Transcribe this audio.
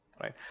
right